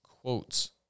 quotes